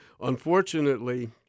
unfortunately